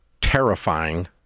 terrifying